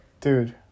dude